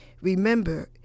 Remember